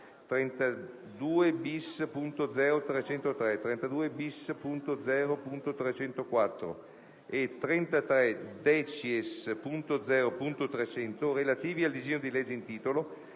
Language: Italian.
32-*bis*.0.303, 32-*bis*.0.304 e 33-*decies*.0.300, relativi al disegno di legge in titolo,